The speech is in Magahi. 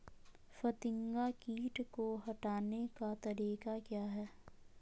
फतिंगा किट को हटाने का तरीका क्या है?